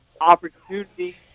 opportunity